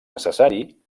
necessari